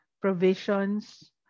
provisions